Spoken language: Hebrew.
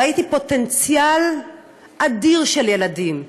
ראיתי פוטנציאל אדיר של ילדים,